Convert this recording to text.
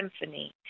symphony